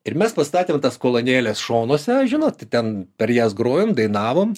ir mes pastatėm tas kolonėles šonuose žinote ten per jas grojom dainavom